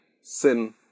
sin